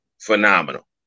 Phenomenal